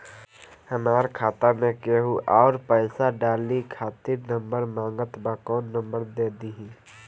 हमार खाता मे केहु आउर पैसा डाले खातिर नंबर मांगत् बा कौन नंबर दे दिही?